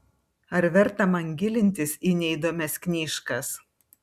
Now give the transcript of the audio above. ar verta man gilintis į neįdomias knyžkas